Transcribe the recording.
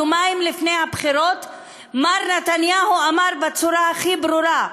יומיים לפני הבחירות מר נתניהו אמר בצורה הכי ברורה: